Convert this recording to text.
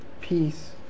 Peace